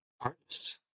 artists